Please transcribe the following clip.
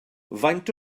faint